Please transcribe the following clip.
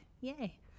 yay